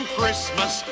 Christmas